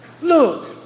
look